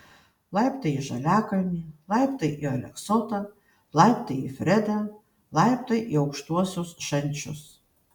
laiptai į žaliakalnį laiptai į aleksotą laiptai į fredą laiptai į aukštuosius šančius